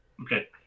Okay